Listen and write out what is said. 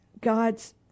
God's